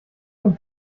dem